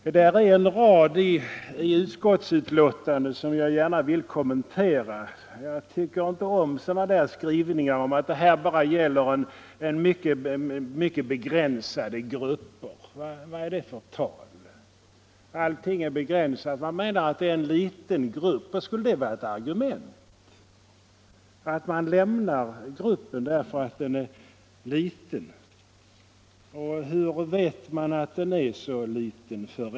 I utskottets betänkande finns en rad som jag gärna vill kommentera. Jag ogillar den skrivning som anger att detta bara gäller ”mycket begränsade grupper”. Vad är det för tal? Allting är ju begränsat. Skulle det vara ett argument att det här gäller en liten grupp? Skall man bortse från en grupp därför att den är liten? Och hur vet man förresten att den är så liten?